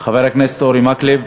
חבר הכנסת אורי מקלב.